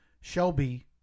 Shelby